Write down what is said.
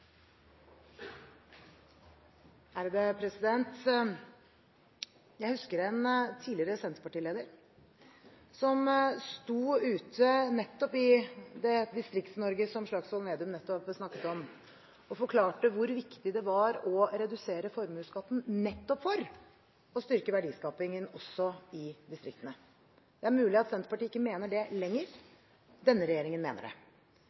Jeg husker en tidligere Senterparti-leder som sto ute – nettopp i det Distrikts-Norge som Slagsvold Vedum nettopp snakket om – og forklarte hvor viktig det var å redusere formuesskatten nettopp for å styrke verdiskapingen også i distriktene. Det er mulig at Senterpartiet ikke mener det lenger, men denne regjeringen mener det.